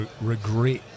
regret